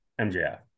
MJF